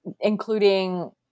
including